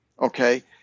Okay